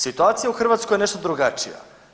Situacija u Hrvatskoj je nešto drugačija.